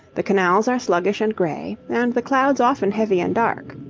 the canals are sluggish and grey, and the clouds often heavy and dark.